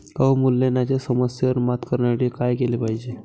अवमूल्यनाच्या समस्येवर मात करण्यासाठी काय केले पाहिजे?